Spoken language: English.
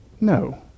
no